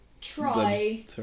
Try